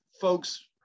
folks